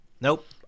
Nope